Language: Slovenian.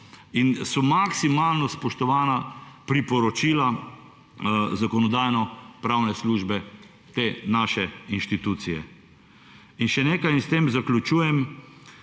in so maksimalno spoštovana priporočila Zakonodajno-pravne službe, te naše institucije. In še nekaj in s tem zaključujem.